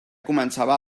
començava